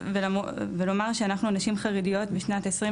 ולומר שאנחנו נשים חרדיות בשנת 2023,